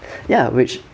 ya which